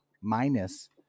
minus